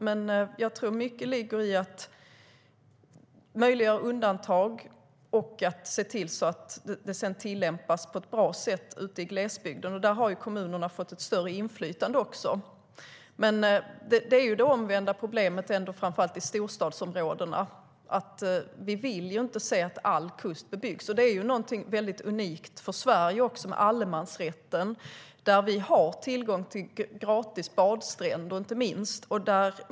Men jag tror att det ligger mycket i att medge undantag och se till att det tillämpas på ett bra sätt ute i glesbygden, och där har kommunerna fått ett större inflytande. Problemet är dock det omvända i framför allt storstadsområdena. Vi vill ju inte se att all kust bebyggs. Allemansrätten är något väldigt unikt för Sverige som ger tillgång till inte minst gratis badstränder.